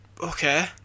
Okay